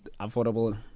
affordable